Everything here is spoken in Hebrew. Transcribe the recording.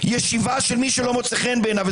ישיבה של מישהו שלא מוצא חן בעיניו.